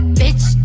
bitch